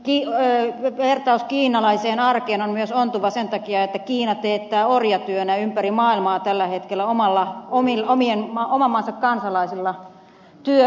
mielestäni vertaus kiinalaiseen arkeen on myös ontuva sen takia että kiina teettää orjatyönä ympäri maailmaa tällä hetkellä oman maansa kansalaisilla työtä